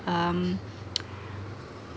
um